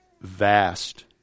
vast